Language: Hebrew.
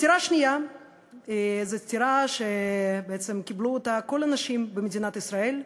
הסטירה השנייה זו סטירה שבעצם קיבלו כל הנשים במדינת ישראל,